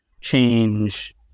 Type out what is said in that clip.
change